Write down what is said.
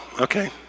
okay